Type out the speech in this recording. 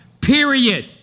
period